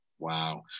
Wow